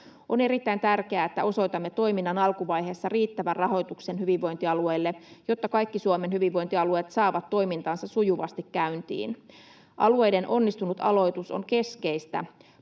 On erittäin tärkeää, että osoitamme toiminnan alkuvaiheessa riittävän rahoituksen hyvinvointialueille, jotta kaikki Suomen hyvinvointialueet saavat toimintansa sujuvasti käyntiin. Alueiden onnistunut aloitus on keskeistä